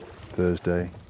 Thursday